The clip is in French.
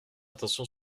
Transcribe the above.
attention